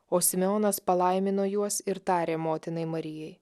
o simeonas palaimino juos ir tarė motinai marijai